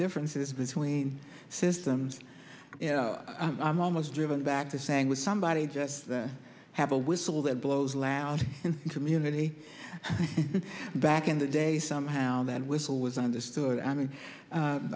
differences between systems you know i'm almost driven back to saying with somebody just have a whistle that blows last community back in the day somehow that whistle was understood i mean